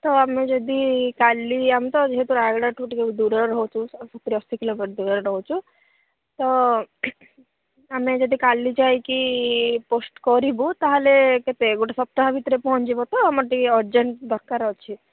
ତ ଆମେ ଯଦି କାଲି ଆମେ ତ ଯେହେତୁ ରାୟଗଡ଼ାଠୁ ଟିକିଏ ଦୂରରେ ରହୁଛୁ ସତୁରି ଅଶୀ କିଲୋମିଟର ଦୂରରେ ରହୁଛୁ ତ ଆମେ ଯଦି କାଲି ଯାଇକି ପୋଷ୍ଟ କରିବୁ ତାହେଲେ କେବେ ଗୋଟେ ସପ୍ତାହ ଭିତରେ ପହଞ୍ଚିବ ତ ଆମର ଟିକିଏ ଅରଜେଣ୍ଟ ଦରକାର ଅଛି